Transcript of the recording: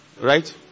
Right